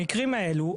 המקרים האלה,